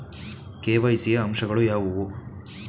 KYC ಯ ಅಂಶಗಳು ಯಾವುವು?